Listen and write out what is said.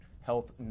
health